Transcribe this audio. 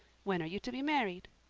when are you to be married?